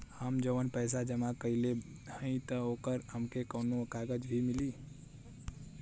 हम जवन पैसा जमा कइले हई त ओकर हमके कौनो कागज भी मिली?